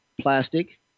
plastic